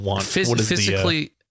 physically